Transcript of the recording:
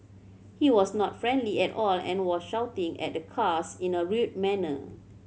he was not friendly at all and was shouting at the cars in a rude manner